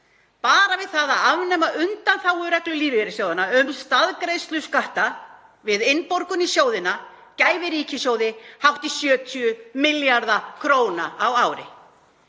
Bara það að afnema undanþágureglu lífeyrissjóðanna um staðgreiðslu skatta við innborgun í sjóðina gæfi ríkissjóði hátt í 70 milljarða kr. á ári.